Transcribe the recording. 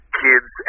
kids